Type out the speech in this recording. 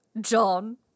John